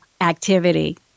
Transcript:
activity